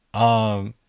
umm.